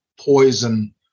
poison